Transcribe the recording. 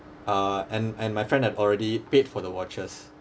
uh and and my friend had already paid for the watches